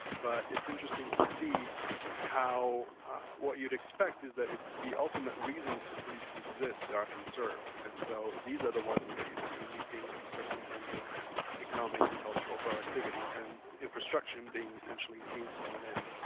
but it's interesting to see how what you'd expect is that it's the ultimate reasons for cities to exist, that are conserved, and so these are the ones that you see and is being conserved in terms of economic and cultural productivity and infrastruction being essentially a means to an end,